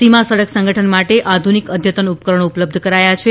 સીમા સડક સંગઠન માટે આધુનીક અદ્યતન ઉપકરણો ઉપલબ્ધ કરાયા છે